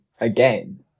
again